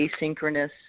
asynchronous